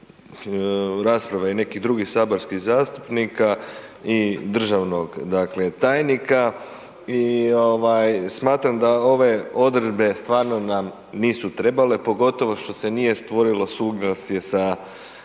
rasprave i nekih drugih saborskih zastupnika i državnog dakle tajnika i smatram da ove odredbe stvarno nam nisu trebale. Pogotovo što se nije stvorilo suglasje sa